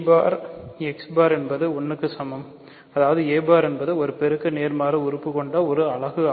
a bar x bar என்பது 1 க்கு சமம் அதாவதுa பார் என்பது ஒரு பெருக்க நேர்மாறு உறுப்பு கொண்ட ஒரு அலகு